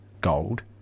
gold